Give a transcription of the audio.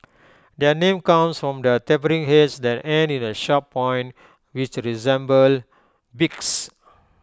their name comes from the tapering heads that end in A sharp point which resemble beaks